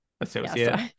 Associate